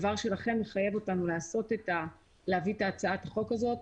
ולכן הדבר מחייב אותנו להביא את הצעת החוק הזאת,